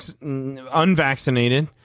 unvaccinated